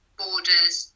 borders